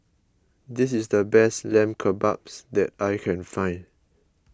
this is the best Lamb Kebabs that I can find